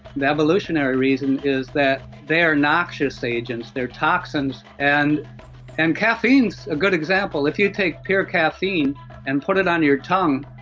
the evolutionary reason is that they're noxious agents. they're toxins, and and caffeine's a good example if you take pure caffeine and put it on your tongue,